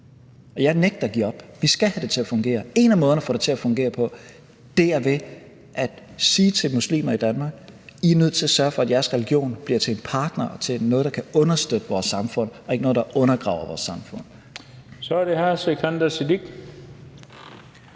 jeg nægter at give op. Vi skal have det til at fungere. En af måderne at få det til at fungere på er at sige til muslimer i Danmark: I er nødt til at sørge for, at jeres religion bliver til en partner – til noget, der kan understøtte vores samfund, og ikke noget, der undergraver vores samfund. Kl. 20:28 Den fg.